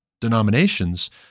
denominations